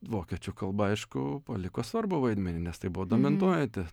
vokiečių kalba aišku paliko svarbų vaidmenį nes tai buvo domentuojanti